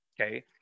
okay